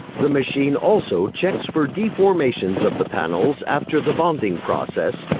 the machine also checks for deformations of the panels after the bonding process,